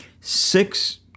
six